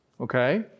okay